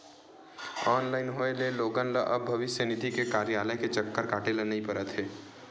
online होए ले लोगन ल अब भविस्य निधि के कारयालय के चक्कर काटे ल नइ परत हे